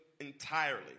entirely